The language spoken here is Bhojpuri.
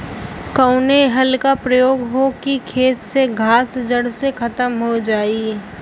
कवने हल क प्रयोग हो कि खेत से घास जड़ से खतम हो जाए?